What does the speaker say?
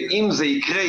ואם זה יקרה,